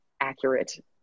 accurate